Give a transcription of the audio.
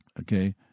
Okay